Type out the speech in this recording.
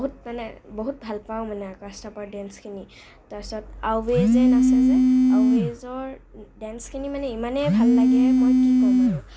বহুত মানে বহুত ভালপাওঁ মানে আকাশ থাপাৰ ডেন্সখিনি তাৰপিছত আৱেজে নাচে যে আৱেজৰ ডেন্সখিনি মানে ইমানে ভাল লাগে মানে মই কি কম আৰু